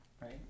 right